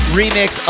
remix